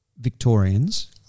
Victorians